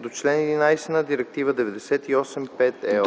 до чл. 11 на Директива 98/5/ЕО.